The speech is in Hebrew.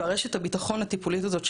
רשת הביטחון הטיפולית הזאת,